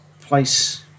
place